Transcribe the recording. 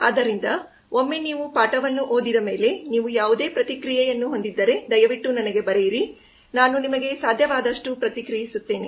ಆದ್ದರಿಂದ ಒಮ್ಮೆ ನೀವು ಪಾಠವನ್ನು ಓದಿದ ಮೇಲೆ ನೀವು ಯಾವುದೇ ಪ್ರತಿಕ್ರಿಯೆಯನ್ನು ಹೊಂದಿದ್ದರೆ ದಯವಿಟ್ಟು ನನಗೆ ಬರೆಯಿರಿ ನಾನು ನಿಮಗೆ ಸಾಧ್ಯವಾದಷ್ಟು ಪ್ರತಿಕ್ರಿಯಿಸುತ್ತೇನೆ